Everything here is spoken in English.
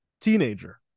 teenager